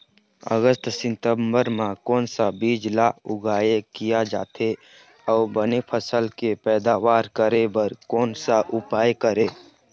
अगस्त सितंबर म कोन सा बीज ला उगाई किया जाथे, अऊ बने फसल के पैदावर करें बर कोन सा उपाय करें?